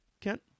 Kent